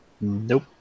Nope